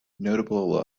notable